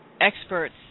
experts